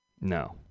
No